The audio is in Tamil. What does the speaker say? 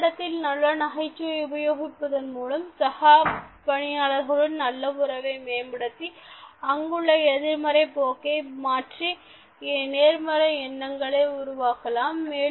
பணியிடத்தில் நல்ல நகைச்சுவை உபயோகிப்பதன் மூலம் சக பணியாளர்களுடன் நல்ல உறவை மேம்படுத்தி அங்குள்ள எதிர்மறை போக்கை மாற்றி நேர்மறை எண்ணங்களே உருவாக்கலாம்